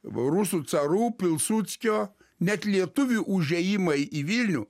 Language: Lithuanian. va rusų carų pilsudskio net lietuvių užėjimai į vilnių